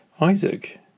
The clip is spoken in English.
Isaac